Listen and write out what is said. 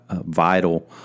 vital